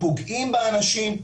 פוגעים באנשים,